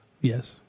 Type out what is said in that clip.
Yes